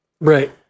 Right